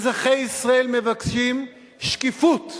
אזרחי ישראל מבקשים שקיפות.